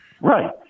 Right